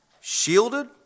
shielded